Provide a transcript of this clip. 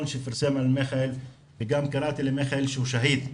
שפרסם על מיכאל וגם קראתי למיכאל שהוא שאהיד.